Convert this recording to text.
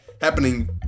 happening